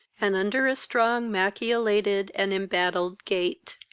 and under a strong machiolated and embattled gate.